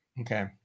Okay